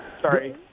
sorry